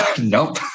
nope